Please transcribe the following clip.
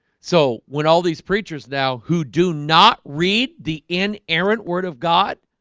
so when all these preachers now who do not read the inerrant word of god